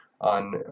on